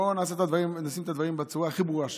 בואו נשים את הדברים בצורה הכי ברורה שיש.